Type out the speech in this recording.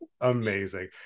amazing